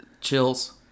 Chills